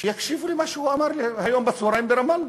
שיקשיבו למה שהוא אמר היום בצהריים ברמאללה.